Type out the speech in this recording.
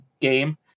game